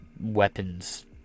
weapons